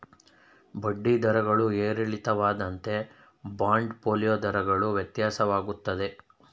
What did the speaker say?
ಬಡ್ಡಿ ದರಗಳು ಏರಿಳಿತವಾದಂತೆ ಬಾಂಡ್ ಫೋಲಿಯೋ ದರಗಳು ವ್ಯತ್ಯಾಸವಾಗುತ್ತದೆ